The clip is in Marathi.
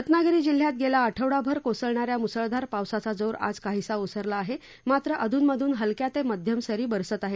रत्नागिरी जिल्ह्यात गेला आठवडाभर कोसळणा या मुसळधार पावसाचा जोर आज काहीसा ओसरला आहे मात्र अधूनमधून हलक्या ते मध्यम सरी बरसत आहेत